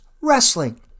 wrestling